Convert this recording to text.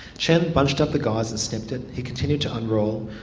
chen bunched up the gauze and snipped it, he continued to unroll,